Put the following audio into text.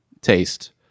taste